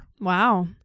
Wow